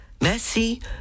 merci